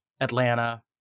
Atlanta